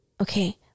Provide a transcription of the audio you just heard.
Okay